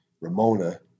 Ramona